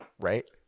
Right